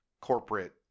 corporate